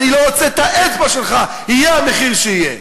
אני לא רוצה את האצבע שלך, יהיה המחיר שיהיה.